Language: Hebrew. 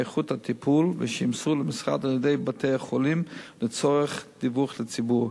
איכות הטיפול ושיימסרו למשרד על-ידי בתי-החולים לצורך דיווח לציבור.